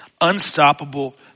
Unstoppable